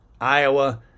Iowa